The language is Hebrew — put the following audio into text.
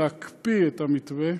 להקפיא את המתווה.